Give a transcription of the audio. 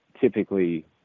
typically